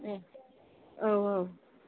एह औ औ